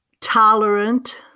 tolerant